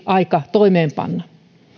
aika toimeenpanna